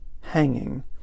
hanging